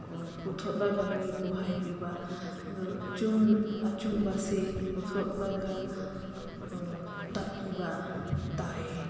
ꯄꯨꯊꯣꯛꯂꯒ ꯃꯤꯕꯨ ꯍꯥꯏꯕꯤꯕ ꯑꯗꯣ ꯑꯆꯨꯝꯕꯁꯦ ꯄꯨꯊꯣꯛꯂꯒ ꯇꯥꯛꯄꯤꯕ ꯇꯥꯏꯌꯦ